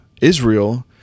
Israel